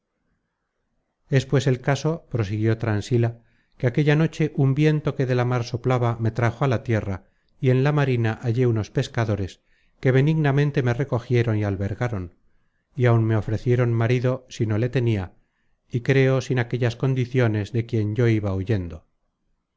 pues el caso prosiguió transila que aquella noche un viento que de la mar soplaba me trajo a la tierra y en la marina hallé unos pescadores que benignamente me recogieron y albergaron y aun me ofrecieron marido si no le tenia y creo sin aquellas condiciones de quien yo iba huyendo